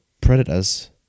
predators